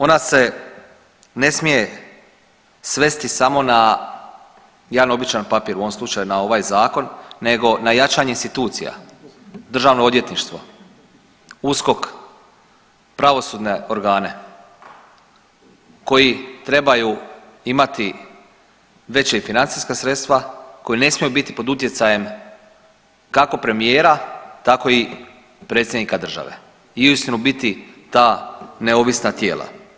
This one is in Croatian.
Ona se ne smije svesti samo na jedan običan papir, u ovom slučaju na ovaj zakon nego na jačanje institucija, državno odvjetništvo, USKOK, pravosudne organe koji trebaju imati veća financijska sredstva, koji ne smiju biti pod utjecajem kako premijera tako i predsjednika države i uistinu biti ta neovisna tijela.